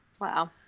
Wow